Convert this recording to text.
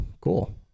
cool